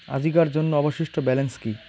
আজিকার জন্য অবশিষ্ট ব্যালেন্স কি?